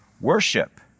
worship